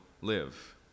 live